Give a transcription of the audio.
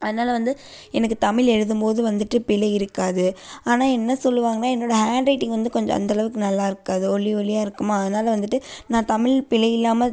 அதனால் வந்து எனக்கு தமிழ் எழுதும்போது வந்துட்டு பிழை இருக்காது ஆனால் என்ன சொல்லுவாங்கன்னால் என்னோட ஹேண்ட் ரைட்டிங் வந்து கொஞ்ச அந்தளவுக்கு நல்லா இருக்காது ஒல்லி ஒல்லியாக இருக்குமா அதனால் வந்துட்டு நான் தமிழ் பிழையில்லாமல்